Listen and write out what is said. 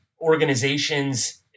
organization's